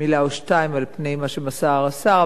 מלה או שתיים על מה שמסר השר,